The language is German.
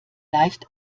leicht